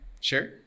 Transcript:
Sure